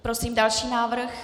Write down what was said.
Prosím o další návrh.